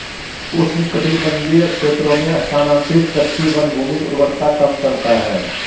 उष्णकटिबंधीय क्षेत्रों में स्थानांतरित कृषि वनभूमि उर्वरता कम करता है